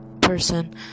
person